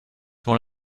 one